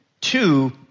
two